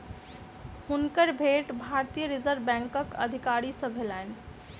हुनकर भेंट भारतीय रिज़र्व बैंकक अधिकारी सॅ भेलैन